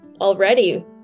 already